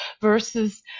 versus